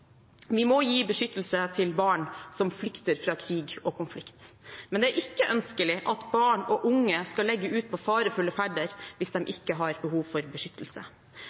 Vi må gi beskyttelse til barn som flykter fra krig og konflikt, men det er ikke ønskelig at barn og unge skal legge ut på farefull ferd hvis de ikke har behov for beskyttelse.